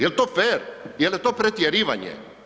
Je li to fer, je li to pretjerivanje?